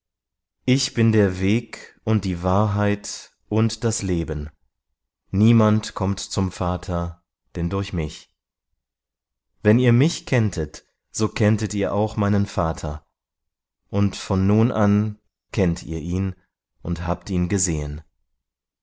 ich bin der weg und die wahrheit und das leben niemand kommt zum vater denn durch mich wenn ihr mich kenntet so kenntet ihr auch meinen vater und von nun an kennt ihr ihn und habt ihn gesehen